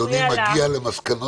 זה היה מפני שיש דבר כזה עקרונות